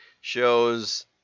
shows